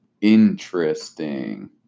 Interesting